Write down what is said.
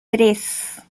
tres